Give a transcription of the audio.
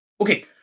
Okay